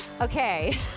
okay